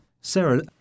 Sarah